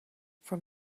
from